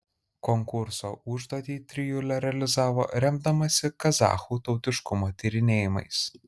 konkurso užduotį trijulė realizavo remdamasi kazachų tautiškumo tyrinėjimais